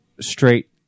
straight